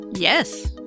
Yes